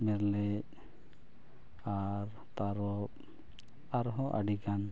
ᱢᱮᱨᱞᱮᱡ ᱟᱨ ᱛᱟᱨᱚᱵᱽ ᱟᱨᱦᱚᱸ ᱟᱹᱰᱤᱜᱟᱱ